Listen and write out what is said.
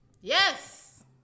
Yes